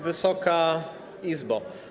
Wysoka Izbo!